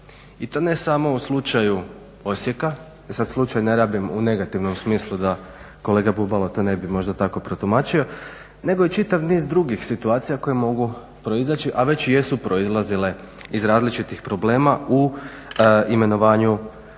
i to ne samo u slučaju Osijeka, e sad slučaj ne rabim u negativnom smislu da kolega Bubalo to ne bi možda tako protumačio nego i čitav niz drugih situacija koje mogu proizaći a već i jesu proizlazile iz različitih problema u imenovanju vodstva